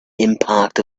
impact